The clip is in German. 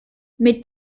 mit